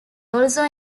also